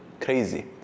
crazy